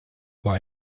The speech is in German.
war